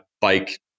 bike